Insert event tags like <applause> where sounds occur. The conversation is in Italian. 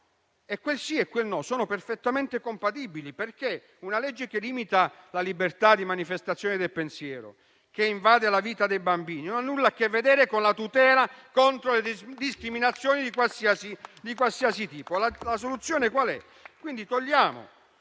Quel sì e quel no sono perfettamente compatibili, perché una legge che limita la libertà di manifestazione del pensiero e che invade la vita dei bambini non ha nulla a che vedere con la tutela contro le discriminazioni di qualsiasi tipo. <applause> Qual è la soluzione? Togliamo